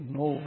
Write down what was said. no